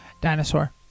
Dinosaur